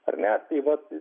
ar ne tai vat